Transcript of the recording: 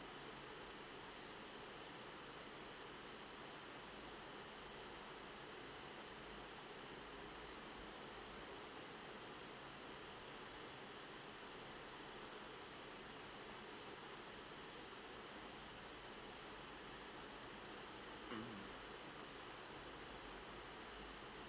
mm